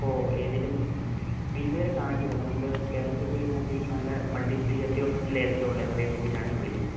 അപ്പോൾ ഏതെങ്കിലും ഇത് വരെ കാണിച്ചില്ല അപ്പോൾ നമുക്ക് കേരളത്തിൽ ഇപ്പോൾ വരുന്ന അത്യാവശ്യം നല്ല മൾട്ടി സ്പെഷ്യാലിറ്റി ഹോസ്പിറ്റൽ ഏതൊക്കെയാണുള്ളത് അറിയാൻ വേണ്ടിയിട്ടാണ് ഞാൻ വിളിക്കുന്നത്